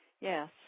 Yes